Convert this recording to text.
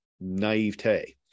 naivete